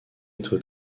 être